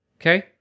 Okay